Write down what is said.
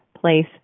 place